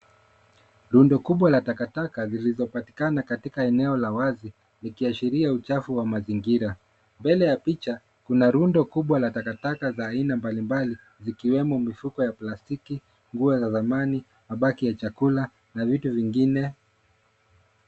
Rundo kubwa la takataka zilizopatikana katika eneo la wazi likiashiria uchafu wa mazingira. Mbele ya picha kuna rundo kubwa za takataka za aina mbalimbali zikiwemo mifuko ya plastiki, nguo za zamani, mabaki ya chakula na vitu vingine.